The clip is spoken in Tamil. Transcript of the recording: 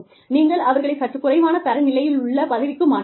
நீங்கள் அவர்களைச் சற்று குறைவான தரநிலையுள்ள பதவிக்கு மாற்றலாம்